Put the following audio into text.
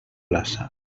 plaça